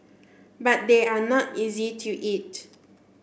but they are not easy to eat